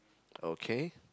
okay